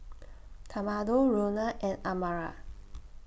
Tamatha Roena and Amara